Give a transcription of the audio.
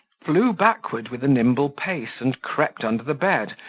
flew backward with a nimble pace, and crept under the bed,